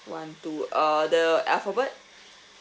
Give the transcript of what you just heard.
one two err the alphabet